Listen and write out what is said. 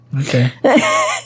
Okay